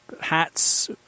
hats